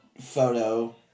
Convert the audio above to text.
photo